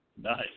Nice